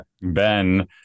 ben